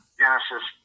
genesis